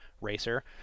racer